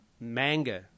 manga